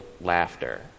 laughter